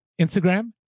Instagram